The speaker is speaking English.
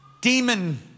demon